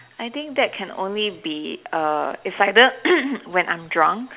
I think that can only be err is either when I'm drunk